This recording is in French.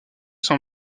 sont